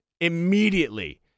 immediately